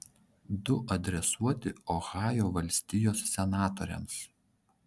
du adresuoti ohajo valstijos senatoriams